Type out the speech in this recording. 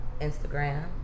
Instagram